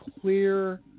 Clear